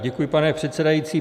Děkuji, pane předsedající.